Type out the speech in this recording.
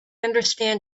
understand